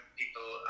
people